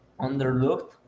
underlooked